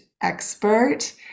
expert